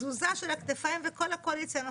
תזוזה של הכתפיים, וכל הקואליציה נופלת.